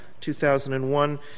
2001